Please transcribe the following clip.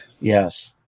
Yes